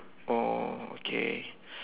oh okay